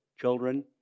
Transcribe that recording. children